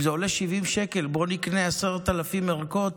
אם זה עולה 70 שקל, בואו נקנה 10,000 ערכות,